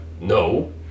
no